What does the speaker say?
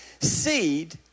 seed